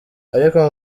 ariko